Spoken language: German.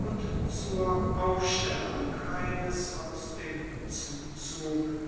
und zur aufstellung eines aus dem zuzug